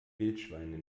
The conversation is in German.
wildschweine